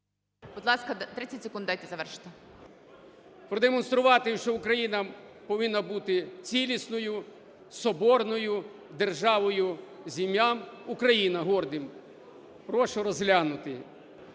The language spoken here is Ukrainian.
продемонструвати, що Україна повинна бути цілісною, соборною державою з ім'ям "Україна" гордим. Прошу розглянути.